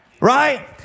Right